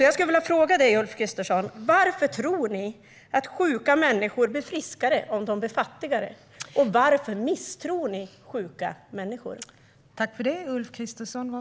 Jag skulle vilja fråga dig, Ulf Kristersson: Varför tror ni att sjuka människor blir friskare om de blir fattigare, och varför misstror ni sjuka människor?